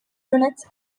units